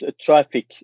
traffic